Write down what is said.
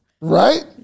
right